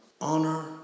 honor